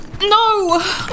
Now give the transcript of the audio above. No